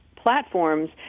Platforms